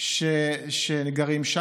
קשה לקרוא להם,